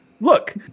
Look